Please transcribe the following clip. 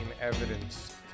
evidence